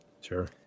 Sure